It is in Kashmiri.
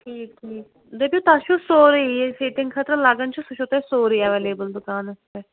ٹھیٖک ٹھیٖک دٔپِو تۄہہِ چھُو سورٕے یہِ فِٹِنٛگ خٲطرٕ لَگان چھُ سُہ چھُو تۄہہِ سورٕے اٮ۪ویلیبٕل دُکانَس پٮ۪ٹھ